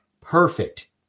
perfect